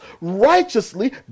righteously